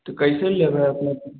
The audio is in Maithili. तऽ कैसे लेबै अपने